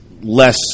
less